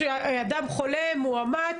ישנים מאוד ולא תואמים את